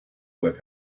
with